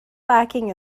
lacking